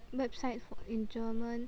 website in German